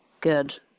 good